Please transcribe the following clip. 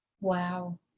Wow